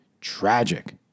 tragic